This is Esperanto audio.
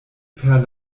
per